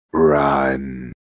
Run